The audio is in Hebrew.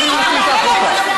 להוציא את אלה שמסכנים אותנו.